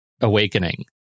awakening